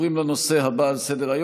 אני